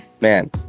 Man